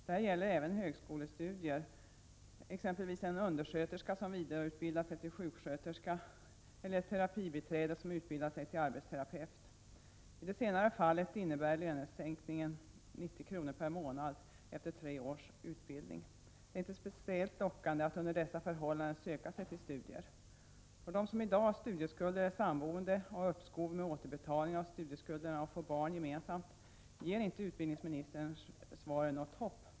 Detta gäller även högskolestudier, t.ex. när en undersköterska vidareutbildat sig till sjuksköterska eller när ett terapibiträde utbildat sig till arbetsterapeut. I det senare fallet innebär lönesänkningen 90 kr. per månad efter tre års utbildning. Det är inte speciellt lockande att under dessa förhållanden söka sig till studier. För dem som i dag har studieskulder, är samboende och har uppskov med återbetalningen av studieskulderna och får gemensamt barn ger inte ”utbildningsministerns svar något hopp.